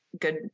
good